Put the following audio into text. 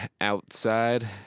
outside